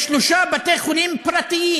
יש שלושה בתי חולים פרטיים: